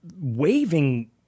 waving